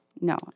No